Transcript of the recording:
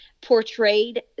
portrayed